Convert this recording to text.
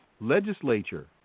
legislature